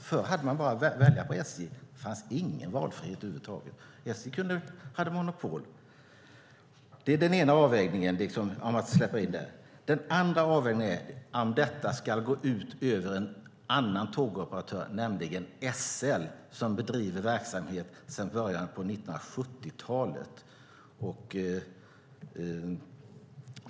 Förr hade man bara att välja på SJ. Det fanns ingen valfrihet över huvud taget. SJ hade monopol. Den andra sidan handlar om ifall detta ska gå ut över en annan tågoperatör, nämligen SL som bedriver verksamhet sedan början av 1970-talet.